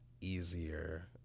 easier